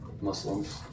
Muslims